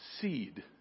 seed